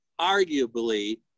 arguably